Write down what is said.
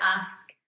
ask